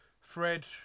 Fred